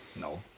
No